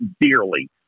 dearly